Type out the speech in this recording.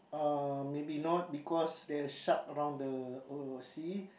uh maybe not because the shark around the uh sea